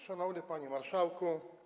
Szanowny Panie Marszałku!